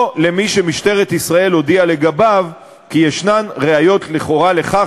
או למי שמשטרת ישראל הודיעה כי יש ראיות לכאורה לכך